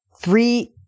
Three